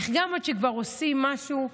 איך עד שכבר עושים משהו,